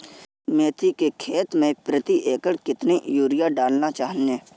मेथी के खेती में प्रति एकड़ कितनी यूरिया डालना चाहिए?